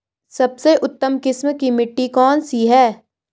सबसे उत्तम किस्म की मिट्टी कौन सी है?